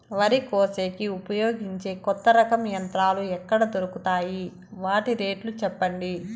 వరి కోసేకి ఉపయోగించే కొత్త రకం యంత్రాలు ఎక్కడ దొరుకుతాయి తాయి? వాటి రేట్లు చెప్పండి?